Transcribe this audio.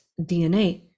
DNA